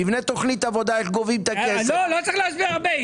נבנה תוכנית עבודה איך גובים את הכסף --- לא צריך להסביר הרבה,